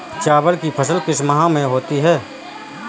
चावल की फसल किस माह में होती है?